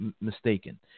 mistaken